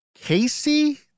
Casey